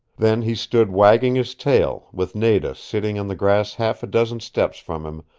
then he stood wagging his tail, with nada sitting on the grass half a dozen steps from him,